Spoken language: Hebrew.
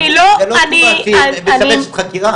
אני לא --- זו לא תשובה שמשבשת חקירה.